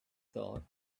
thought